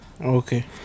okay